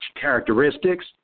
characteristics